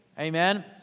Amen